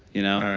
you know?